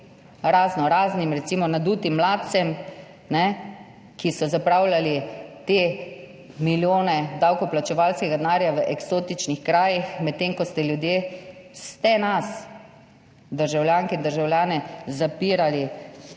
raznoraznim, recimo nadutim mladcem, ki so zapravljali milijone davkoplačevalskega denarja v eksotičnih krajih, medtem ko ste nas, državljanke in državljane, zapirali